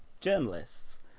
journalists